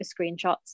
screenshots